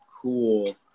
cool